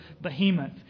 Behemoth